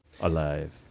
alive